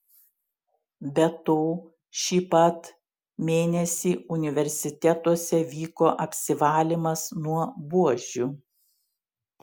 be to šį pat mėnesį universitetuose vyko apsivalymas nuo buožių